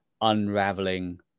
unraveling